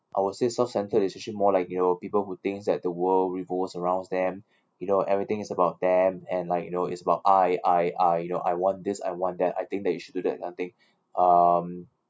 I will say self-centred is actually more like you know people who thinks that the world revolves around them you know everything is about them and like you know it's about I I I you know I want this I want that I think they should do that thing um